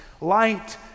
Light